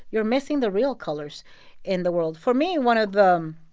you're missing the real colors in the world for me, one of the